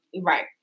Right